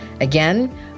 Again